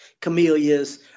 camellias